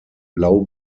blau